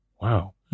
Wow